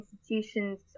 institutions